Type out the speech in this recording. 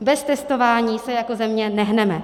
Bez testování se jako země nehneme.